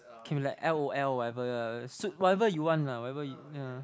can be like l_o_l whatever suit whatever you want lah whatever you ya